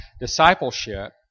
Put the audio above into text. discipleship